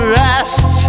rest